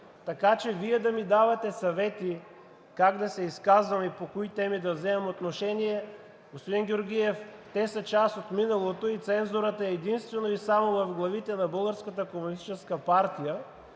Така че Вие да ми давате съвети как да се изказвам и по кои теми да вземам отношение, господин Георгиев, те са част от миналото и цензурата е единствено и само в главите на